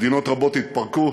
מדינות רבות התפרקו,